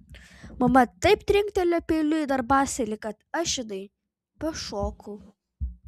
mama taip trinktelėjo peiliu į darbastalį kad aš viduj pašokau